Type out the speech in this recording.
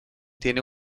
tiene